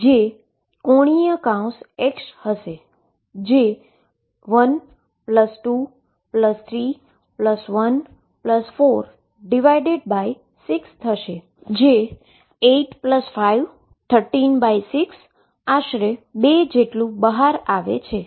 તો ચાલો આપણે કહીએ કે આ ⟨x⟩ હશે જે 1223146 થશે જે અને તે 8 5 136 આશરે 2 જેટલું બહાર આવે છે